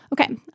okay